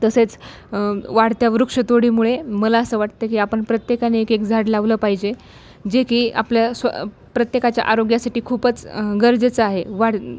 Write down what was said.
तसेच वाढत्या वृक्षतोडीमुळे मला असं वाटतं की आपण प्रत्येकाने एक एक झाड लावलं पाहिजे जे की आपल्या स्व प्रत्येकाच्या आरोग्यासाठी खूपच गरजेचं आहे वाढ